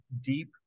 deep